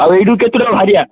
ଆଉ ଏଇଠୁ କେତେଟାରୁ ବାହାରିବା